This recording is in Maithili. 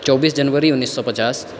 चौबीस जनवरी उन्नीस सए पचास